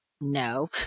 no